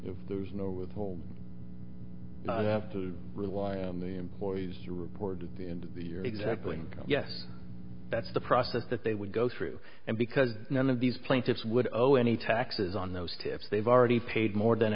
if there's no withhold not have to rely on the employees to report at the end of the year exactly yes that's the process that they would go through and because none of these plaintiffs would owe any taxes on those tips they've already paid more than